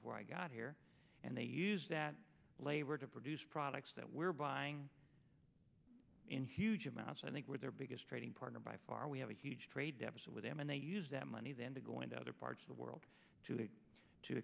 before i got here and they use that labor to produce products that we're buying in huge amounts i think where their biggest trading partner by far we have a huge trade deficit with them and they use that money then to go into other parts of the world to